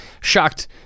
shocked